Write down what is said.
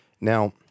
Now